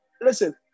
listen